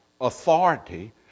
authority